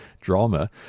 drama